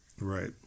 right